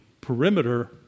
perimeter